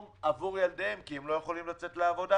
עבור ילדיהם כי הם לא יכולים לצאת לעבודה